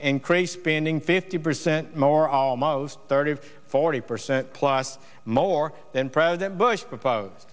increased spending fifty percent more almost thirty forty percent plus more than president bush proposed